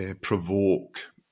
provoke